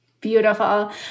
Beautiful